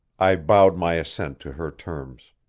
i bowed my assent to her terms.